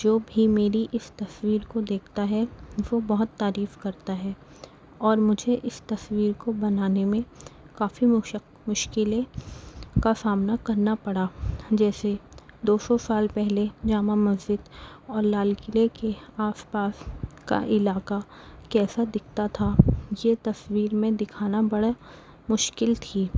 جو بھی میری اس تصویر کو دیکھتا ہے وہ بہت تعریف کرتا ہے اور مجھے اس تصویر کو بنانے میں کافی مشک مشکلیں کا سامنا کرنا پڑا جیسے دو سو سال پہلے جامع مسجد اور لال قلعے کے آس پاس کا علاقہ کیسا دکھتا تھا یہ تصویر میں دکھانا بڑا مشکل تھی